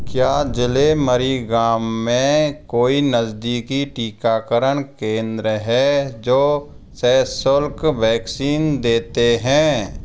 क्या ज़िले मरीगाँव में कोई नज़दीकी टीकाकरण केंद्र हैं जो स शुल्क वैक्सीन देते हैं